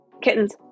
Kittens